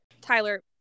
tyler